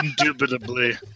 indubitably